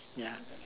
ya